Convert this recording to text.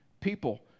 People